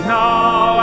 now